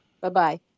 Bye-bye